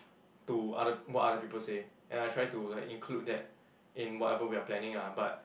to other what other people say and I try to like include that in whatever we are planning lah but